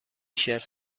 شرت